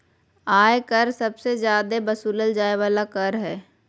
आय कर सबसे जादे वसूलल जाय वाला कर हय